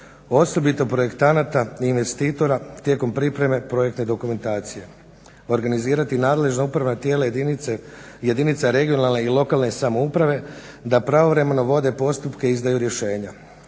osobito projektanata i investitora tijekom pripreme projektne dokumentacije; organizirati nadležna upravna tijela jedinica regionalne i lokalne samouprave da pravovremeno vode postupke i izdaju rješenja;